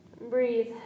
Breathe